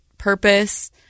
purpose